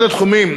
אחד התחומים